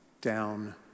down